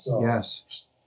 Yes